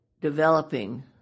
developing